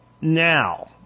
Now